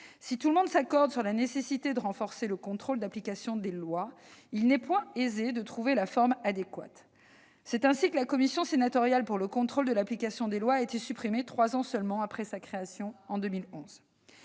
Si tout le monde s'accorde sur la nécessité de renforcer le contrôle d'application des lois, il n'est point aisé de définir la forme adéquate. C'est ainsi que la commission sénatoriale pour le contrôle de l'application des lois a été supprimée trois ans seulement après sa création en 2011.